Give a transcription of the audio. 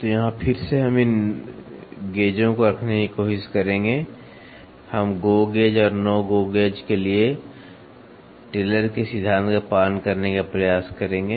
तो यहाँ फिर से हम इन गेजों को रखने की कोशिश करेंगे हम गो गेज और नो गो गेज के लिए टेलर के सिद्धांत का पालन करने का प्रयास करेंगे